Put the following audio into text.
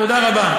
תודה רבה.